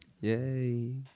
yay